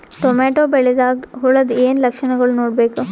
Tomato ಬೆಳಿದಾಗ್ ಹುಳದ ಏನ್ ಲಕ್ಷಣಗಳು ನೋಡ್ಬೇಕು?